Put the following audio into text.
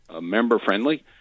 member-friendly